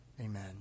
Amen